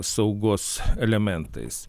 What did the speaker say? saugos elementais